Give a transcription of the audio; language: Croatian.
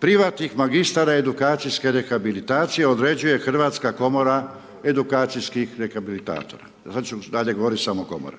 privatnih magistara edukacijske rehabilitacije određuje Hrvatska komora edukacijskih rehabilitatora“, sada ću dalje govoriti samo Komora,